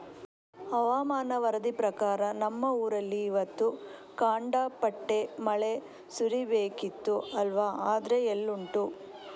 ಹವಾಮಾನ ವರದಿ ಪ್ರಕಾರ ನಮ್ಮ ಊರಲ್ಲಿ ಇವತ್ತು ಖಂಡಾಪಟ್ಟೆ ಮಳೆ ಸುರೀಬೇಕಿತ್ತು ಅಲ್ವಾ ಆದ್ರೆ ಎಲ್ಲುಂಟು